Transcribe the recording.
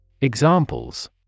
Examples